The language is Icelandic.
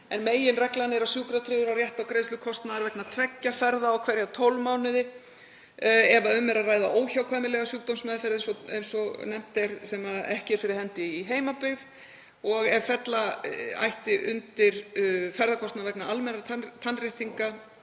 En meginreglan er að sjúkratryggður á rétt á greiðslu kostnaðar vegna tveggja ferða á hverjum 12 mánuðum ef um er að ræða óhjákvæmilega sjúkdómsmeðferð eins og nefnt er, sem ekki er fyrir hendi í heimabyggð. Ef fella ætti undir það ferðakostnað vegna almennra tannréttinga